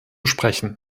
sprechen